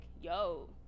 yo